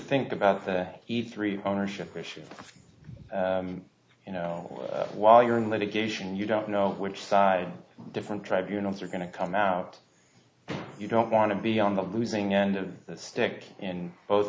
think about the eat three ownership question you know while you're in litigation you don't know which side different tribunals are going to come out you don't want to be on the losing end of the stick in both